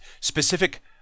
specific